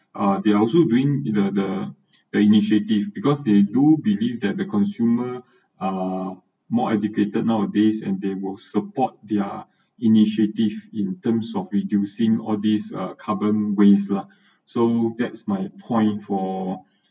are they also doing the the the initiative because they do believe that the consumer are more educated nowadays and they will support their initiative in terms of reducing all these uh carbon waste lah so that's my point for